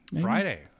Friday